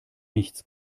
nichts